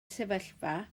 sefyllfa